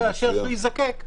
אם וכאשר הוא יזדקק,